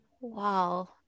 Wow